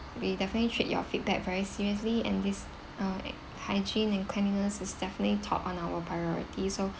we definitely treat your feedback very seriously and this uh hygiene and cleanliness is definitely top on our priority so